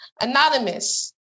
anonymous